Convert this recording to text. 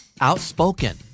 Outspoken